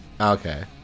Okay